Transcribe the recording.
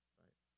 right